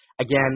Again